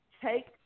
take